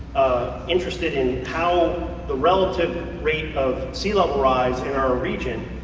interested in how the relative rate of sea level rise in our region,